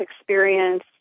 experience